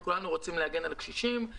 וכולנו רוצים להגן על הקשישים.